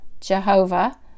jehovah